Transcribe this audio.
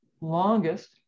longest